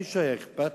למישהו היה אכפת?